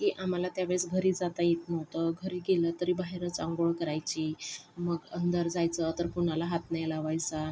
की आम्हाला त्यावेळेस घरी जाता येत नव्हतं घरी गेलं तरी बाहेरच आंघोळ करायची मग अंदर जायचं तर कोणाला हात नाही लावायचा